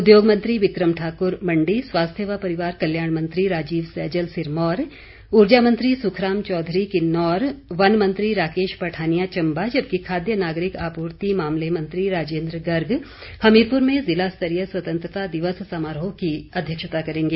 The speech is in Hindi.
उद्योग मंत्री बिक्रम ठाकुर मंडी स्वास्थ्य व परिवार कल्याण मंत्री राजीव सैजल सिरमौर ऊर्जा मंत्री सुखराम चौधरी किन्नौर वन मंत्री राकेश पठानिया चंबा जबकि खाद्य नागरिक आपूर्ति मामले मंत्री राजेन्द्र गर्ग हमीरपुर में ज़िला स्तरीय स्वतंत्रता दिवस समारोह की अध्यक्षता करेंगे